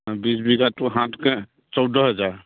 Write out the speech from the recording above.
বিছ বিঘাতটো সাতকে চৌধ হাজাৰ